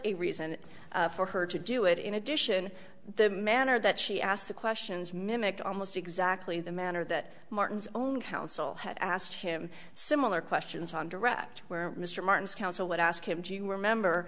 a reason for her to do it in addition the manner that she asked the questions mimicked almost exactly the manner that martin's own counsel had asked him similar questions on direct where mr martin's counsel would ask him do you remember